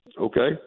Okay